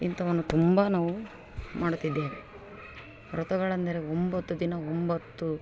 ಇಂಥವನ್ನು ತುಂಬ ನಾವು ಮಾಡುತ್ತಿದ್ದೇವೆ ವ್ರತಗಳೆಂದರೆ ಒಂಬತ್ತು ದಿನ ಒಂಬತ್ತು